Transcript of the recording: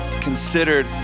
considered